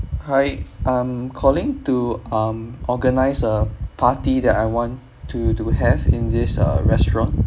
hi I'm calling to um organise a party that I want to to have in this uh restaurant